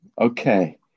Okay